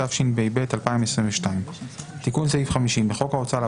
התשפ"ב 2022 תיקון סעיף 50 1. בחוק ההוצאה לפועל,